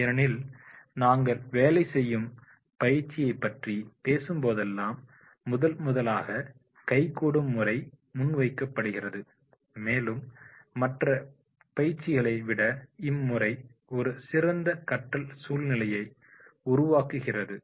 ஏனெனில் நாங்கள் வேலை செய்யும் பயிற்சியைப் பற்றி பேசும்போதெல்லாம் முதன்முதலாக கைகூடும் முறை முன்வைக்கப்படுகிறது மேலும் மற்ற பயிற்சிகளை விட இம்முறை ஒரு சிறந்த கற்றல் சூழ்நிலையை உருவாக்குகிறது